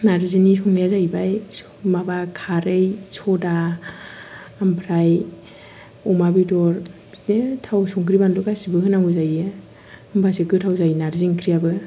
नारजिनि संनाया जाहैबाय माबा खारै सदा ओमफ्राय अमा बेदर बिदिनो थाव संख्रि बानलु गासैबो होनांगौ जायो होमब्लासो गोथाव जायो नारजि ओंख्रियाबो